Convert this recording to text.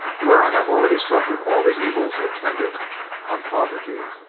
where i have already suffered all the evils attendant on poverty.